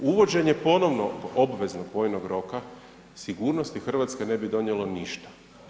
Uvođenje ponovo obveznog vojnog roka, sigurnosti Hrvatske ne bi donijelo ništa.